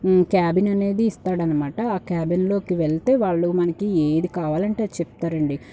cabin అనేది ఇస్తాడన్నమాట ఆ క్యాబిన్లోకి వెళ్తే వాళ్ళు మనకి ఏది కావాలంటే అది చెప్తారండి